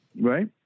Right